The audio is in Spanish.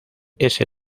ese